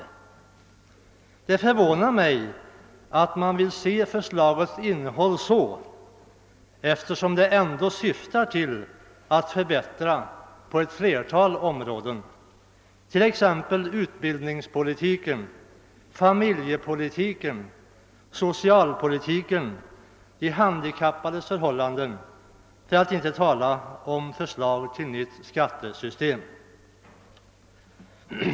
Det förvånar mig att man vill se budgetförslagets innehåll så, eftersom det ändå syftar till förbättringar på ett flertal områden — det gäller t.ex. utbildningspolitiken, familjepolitiken, socialpolitiken och de handikappades förhållanden, för att inte tala om förslaget till nytt skattesystem.